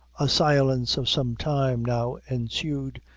a silence of some time now ensued,